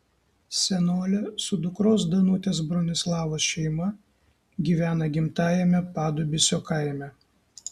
senolė su dukros danutės bronislavos šeima gyvena gimtajame padubysio kaime